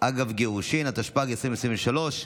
אגב גירושין), התשפ"ג 2023,